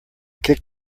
kick